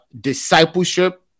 discipleship